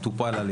טופל.